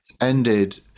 ended